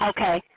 Okay